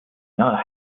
not